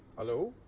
hello.